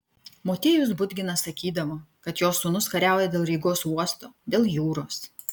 motiejus budginas sakydavo kad jo sūnus kariauja dėl rygos uosto dėl jūros